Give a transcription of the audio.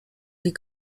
die